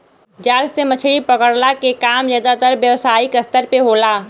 जाल से मछरी पकड़ला के काम जादातर व्यावसायिक स्तर पे होला